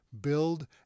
build